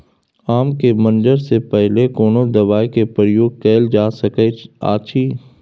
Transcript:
आम के मंजर से पहिले कोनो दवाई के प्रयोग कैल जा सकय अछि?